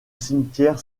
cimetière